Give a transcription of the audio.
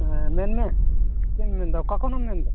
ᱢᱮᱱᱢᱮ ᱪᱮᱫ ᱮᱢ ᱢᱮᱱᱮᱫᱟ ᱚᱠᱟ ᱠᱷᱚᱱᱮᱢ ᱢᱮᱱᱮᱫᱟ